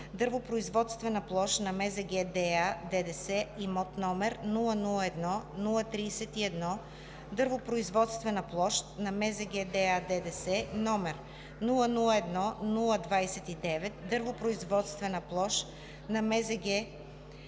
дървопроизводствена площ на МЗГ –ДА/ДДС, имот № 001031 дървопроизводствена площ на МЗГ – ДА/ДДС, имот № 001029 дървопроизводствена площ на МЗГ – ДА/ДДС,